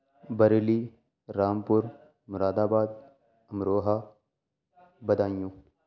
Bareilly Rampur Moradabad Amroha Budaun